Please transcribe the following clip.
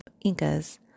Incas